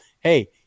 Hey